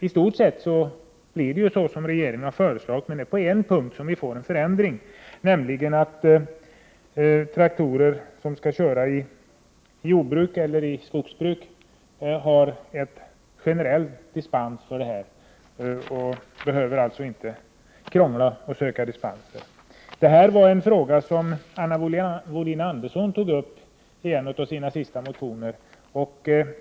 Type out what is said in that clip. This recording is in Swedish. I stört sett blir det så som regeringen har föreslagit, men på en punkt får vi igenom en förändring, nämligen att man för traktorer som skall köra i jordbruk eller skogsbruk får en generell dispens och alltså inte behöver krångla och söka dispens. Det här är en fråga som Anna Wohlin-Andersson tog uppi en av sina sista motioner.